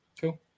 Cool